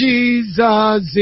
Jesus